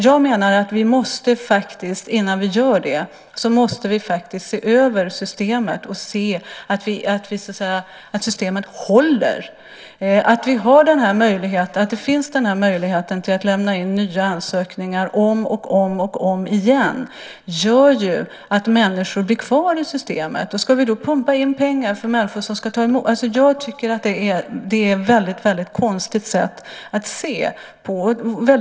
Jag menar att vi innan vi gör det måste se över systemet och se att systemet håller. Att det finns möjlighet att lämna in nya ansökningar om och om igen gör att människor blir kvar i systemet. Ska vi då pumpa in pengar i systemet? Jag tycker att det är ett väldigt konstigt sätt att se på det.